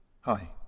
Hi